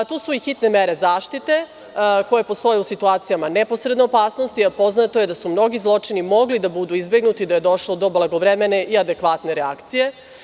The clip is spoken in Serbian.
Tu su i hitne mere zaštite koje postoje u situacijama neposredne opasnosti, a poznato je da su mnogi zločini mogli da budu izbegnuti da je došlo do blagovremene ili adekvatne reakcije.